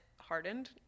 hardened